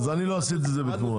אז אני לא עשיתי את זה בתמורה.